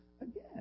again